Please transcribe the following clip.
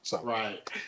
Right